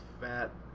fat